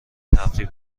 تفریح